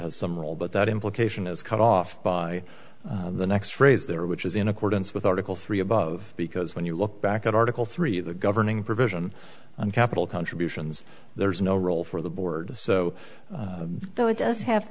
has some role but that implication is cut off by the next phrase there which is in accordance with article three above because when you look back at article three of the governing provision on capital contributions there's no role for the board so though it does have